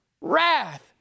wrath